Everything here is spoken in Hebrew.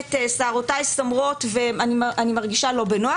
באמת שערותיי סומרות ואני מרגישה לא בנוח.